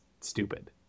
stupid